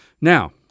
Now